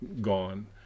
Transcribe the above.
gone